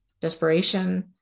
desperation